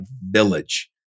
village